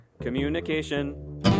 communication